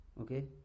Okay